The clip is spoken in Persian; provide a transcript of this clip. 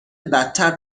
بدتر